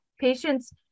patients